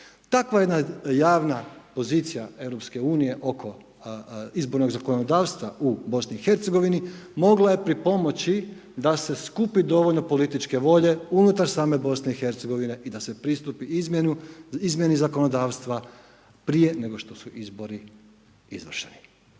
Takva jedna javna pozicija Europske unije oko izbornog zakonodavstva u BiH mogla je pripomoći da se skupni dovoljno političke volje unutar same BiH i da se pristupi izmjeni zakonodavstva prije nego što su izbori izašli.